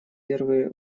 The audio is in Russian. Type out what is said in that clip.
первые